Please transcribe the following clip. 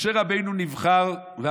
משה רבנו נבחר למנהיג,